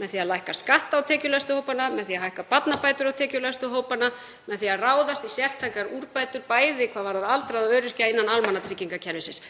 með því að lækka skatta á tekjulægstu hópana, með því að hækka barnabætur á tekjulægstu hópana, með því að ráðast í sértækar úrbætur bæði hvað varðar aldraða og öryrkja innan almannatryggingakerfisins.